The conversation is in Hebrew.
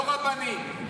לא רבנים, ש"סניקים.